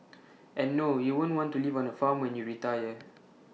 and no you won't want to live on the farm when you retire